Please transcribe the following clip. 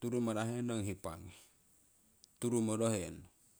turumarahenong hiipangi turumorohenong.